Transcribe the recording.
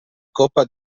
coppa